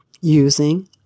using